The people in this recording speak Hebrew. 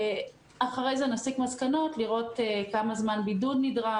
ולאחר מכן נסיק מסקנות לגבי השאלה כמה זמן נדרש בידוד,